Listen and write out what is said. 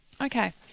Okay